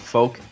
Folk